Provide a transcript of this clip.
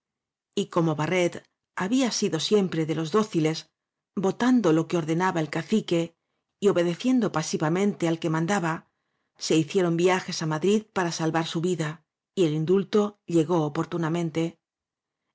cadalso y como barret había sido siempre de los dóciles votando lo que ordenaba el cacique y obedeciendo pasivamente al que mandaba se hicieron viajes á madrid para salvar su vida y el indulto llegó oportunamente